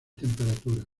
temperaturas